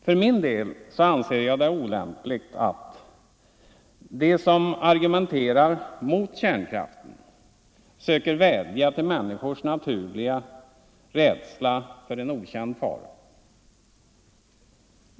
För min del anser jag det olämpligt att de som argumenterar mot kärnkraften söker vädja till människors naturliga rädsla för en okänd fara.